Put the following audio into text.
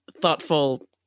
thoughtful